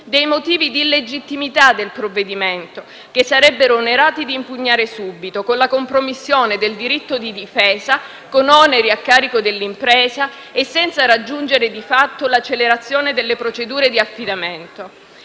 dei motivi di illegittimità del provvedimento, che sarebbero onerati di impugnare subito, con la compromissione del diritto di difesa, con oneri a carico dell'impresa e senza raggiungere di fatto l'accelerazione delle procedure di affidamento.